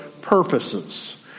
purposes